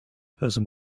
person